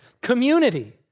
Community